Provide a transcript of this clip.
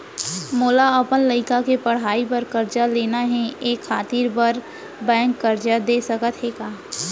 मोला अपन लइका के पढ़ई बर करजा लेना हे, त एखर बार बैंक करजा दे सकत हे का?